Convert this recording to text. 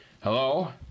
Hello